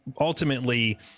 ultimately